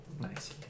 nice